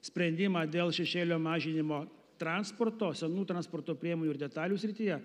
sprendimą dėl šešėlio mažinimo transporto senų transporto priemonių ir detalių srityje